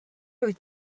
wyt